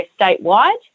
statewide